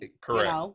Correct